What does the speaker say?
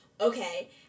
Okay